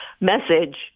message